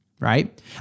right